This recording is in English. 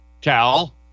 Cal